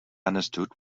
understood